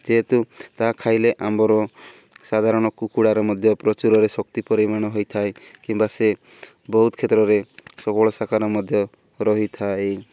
ଯେହେତୁ ତାହା ଖାଇଲେ ଆମ୍ଭର ସାଧାରଣ କୁକୁଡ଼ାରେ ମଧ୍ୟ ପ୍ରଚୁରରେ ଶକ୍ତି ପରିମାଣ ହୋଇଥାଏ କିମ୍ବା ସେ ବହୁତ କ୍ଷେତ୍ରରେ ସବଳ ସାକାର ମଧ୍ୟ ରହିଥାଏ